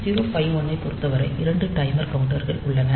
8051 ஐப் பொருத்தவரை 2 டைமர் கவுண்டர்கள் உள்ளன